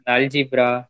Algebra